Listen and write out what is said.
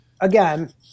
again